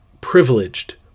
privileged